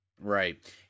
Right